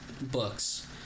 books